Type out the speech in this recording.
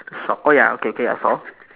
shop oh ya okay okay I saw